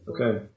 Okay